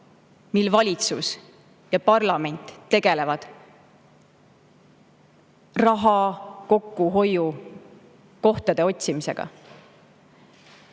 mil valitsus ja parlament tegelevad raha kokkuhoiu kohtade otsimisega.